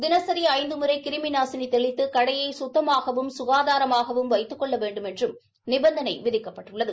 தினசிி ஐந்து முரை கிருமி நாசினி தெளித்து கடையை குத்தமாகவும் குகாதாரமாகவும் வைத்து கொள்ள வேண்டுமென்றும் நிபந்தனை விதிக்கப்பட்டுள்ளது